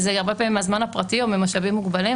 בהרבה פעמים זה מהזמן הפרטי או ממשאבים מוגדלים,